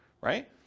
right